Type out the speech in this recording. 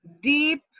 deep